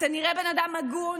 אתה נראה בן אדם הגון.